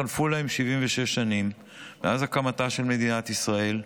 חלפו להם 76 שנים מאז הקמתה של מדינת ישראל,